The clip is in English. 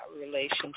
relationship